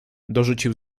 dorzucił